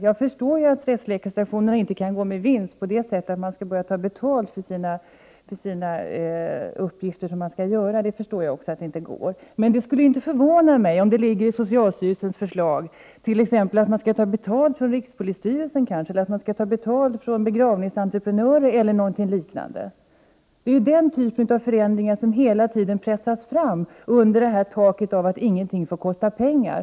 Jag förstår att rättsläkarstationerna inte kan gå med vinst och att de inte kan ta betalt för de uppgifter som de utför. Men det skulle inte förvåna mig om det i socialstyrelsens förslag ingår t.ex. att man skall ta betalt av rikspolisstyrelsen, av begravningsentreprenörer o.d. Det är den typen av förändringar som hela tiden pressas fram under uttalanden av att ingenting får kosta pengar.